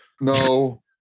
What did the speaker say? No